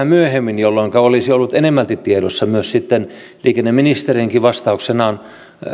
myöhemmin jolloinka olisivat olleet enemmälti tiedossa myös sitten liikenneministerinkin vastauksenaan